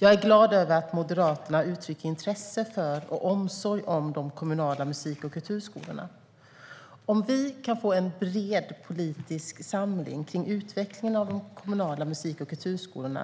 Jag är glad över att Moderaterna uttrycker intresse för och omsorg om de kommunala musik och kulturskolorna. Om vi kan få en bred politisk samling kring utvecklingen av den kommunala musik och kulturskolan